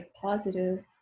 positive